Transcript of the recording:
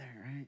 right